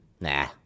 Nah